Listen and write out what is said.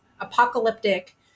apocalyptic